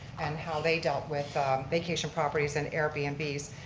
and how they dealt with vacation properties and airbnb's.